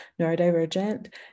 neurodivergent